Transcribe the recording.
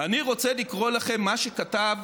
אני רוצה לקרוא לכם מה שכתב